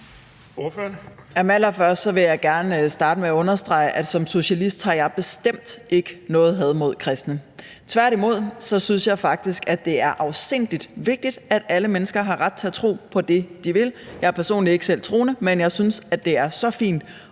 allerførst vil jeg gerne understrege, at selv om jeg er socialist, har jeg bestemt ikke noget had mod kristne. Tværtimod synes jeg faktisk, at det er afsindig vigtigt, at alle mennesker har ret til at tro på det, de vil. Jeg er personligt ikke selv troende, men jeg synes, at det er så fint